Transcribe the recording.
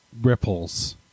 ripples